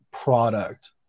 product